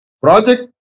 Project